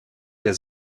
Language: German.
der